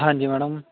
ਹਾਂਜੀ ਮੈਡਮ